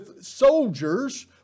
soldiers